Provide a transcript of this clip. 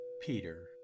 Peter